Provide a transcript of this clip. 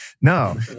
No